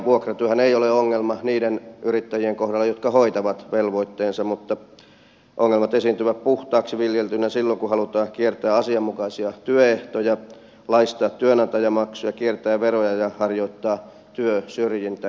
vuokratyöhän ei ole ongelma niiden yrittäjien kohdalla jotka hoitavat velvoitteensa mutta ongelmat esiintyvät puhtaaksi viljeltyinä silloin kun halutaan kiertää asianmukaisia työehtoja laistaa työnantajamaksuista kiertää veroja ja harjoittaa työsyrjintää